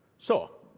so,